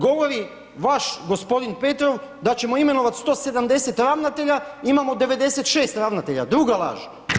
Govori vaš gospodin Petrov da ćemo imenovati 170 ravnatelja imamo 96 ravnatelja, druga laž.